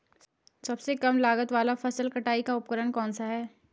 सबसे कम लागत वाला फसल कटाई का उपकरण कौन सा है?